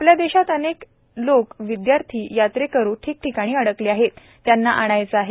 आपल्या देशात अनेक लॉक विदयार्थी यात्रेकरू ठिकठिकाणी अडकले आहेत त्यांना आणावयाचे आहे